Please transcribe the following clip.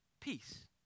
Peace